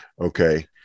okay